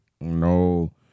No